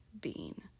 bean